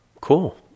cool